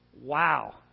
wow